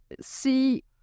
see